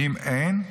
ואם אין,